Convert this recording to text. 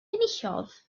enillodd